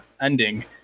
ending